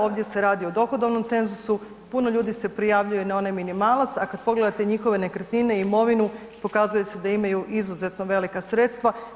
Ovdje se radi o dohodovnom cenzusu, puno ljudi se prijavljuje na onaj minimalac, a kad pogledate njihove nekretnine i imovinu pokazuje se da imaju izuzetno velika sredstva.